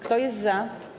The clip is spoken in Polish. Kto jest za?